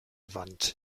wand